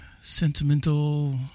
sentimental